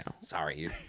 Sorry